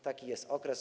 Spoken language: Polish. Taki jest okres.